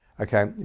Okay